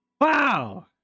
Wow